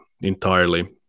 entirely